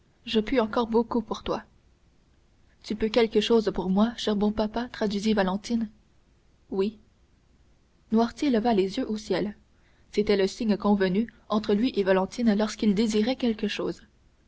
je puis encore beaucoup pour toi tu peux quelque chose pour moi cher bon papa traduisit valentine oui noirtier leva les yeux au ciel c'était le signe convenu entre lui et valentine lorsqu'il désirait quelque chose